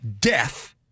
death